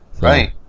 Right